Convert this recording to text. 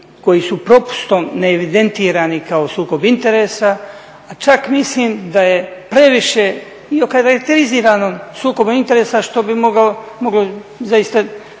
koji su propustom neevidentirani kao sukob interesa, a čak mislim da je previše i okarakteriziran sukob interesa što bi moglo zaista,